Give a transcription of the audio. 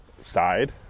side